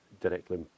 directly